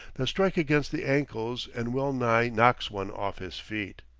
that strike against the ankles and well-nigh knock one off his feet.